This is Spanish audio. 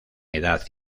edad